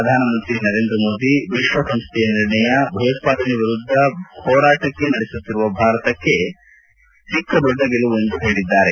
ಪ್ರಧಾನಮಂತ್ರಿ ನರೇಂದ್ರ ಮೋದಿ ವಿಶ್ವಸಂಸ್ಡೆಯ ನಿರ್ಣಯ ಭಯೋತ್ವಾದನೆ ವಿರುದ್ದ ಹೋರಾಟಕ್ಕೆ ನಡೆಸುತ್ತಿರುವ ಭಾರತೀಯರಿಗೆ ಸಿಕ್ಕ ದೊಡ್ಡ ಗೆಲುವು ಎಂದು ಹೇಳಿದ್ದಾರೆ